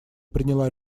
приняла